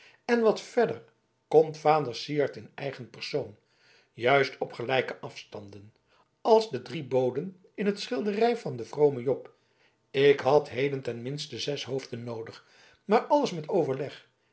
en wat verder komt vader syard in eigen persoon juist op gelijke afstanden als de drie boden in de schilderij van den vromen job ik had heden ten minste zes hoofden noodig maar alles met overleg